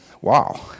Wow